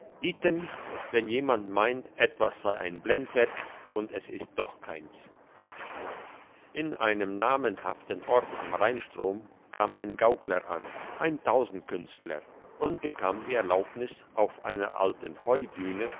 wenn jemand meint etwas sei ein blendwerk und ist doch keins in einem namhaften ort am rheinstrom kam ein gaukler an ein tausendkünstler und bekam die erlaubnis auf einer alten